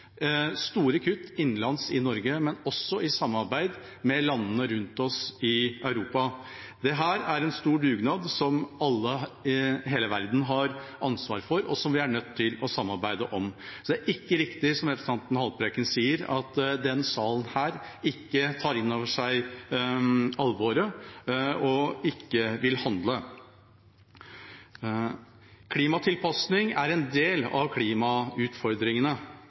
store kutt innenlands i Norge, men også i samarbeid med landene rundt oss i Europa. Dette er en stor dugnad som alle i hele verden har ansvar for, og som vi er nødt til å samarbeide om. Det er ikke riktig, som representanten Haltbrekken sier, at vi i denne sal ikke tar inn over oss alvoret og ikke vil handle. Klimatilpasning er en del av